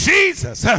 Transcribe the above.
Jesus